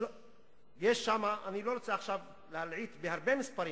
אני לא רוצה להלעיט בהרבה מספרים,